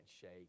shake